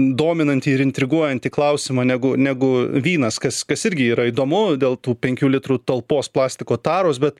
dominantį ir intriguojantį klausimą negu negu vynas kas kas irgi yra įdomu dėl tų penkių litrų talpos plastiko taros bet